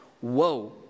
whoa